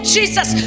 Jesus